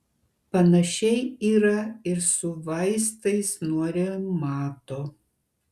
panašiai yra ir su vaistais nuo reumato